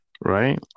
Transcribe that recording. Right